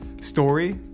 story